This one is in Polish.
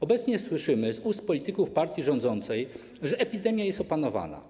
Obecnie słyszymy z ust polityków partii rządzącej, że epidemia jest opanowana.